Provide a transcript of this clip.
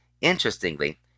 interestingly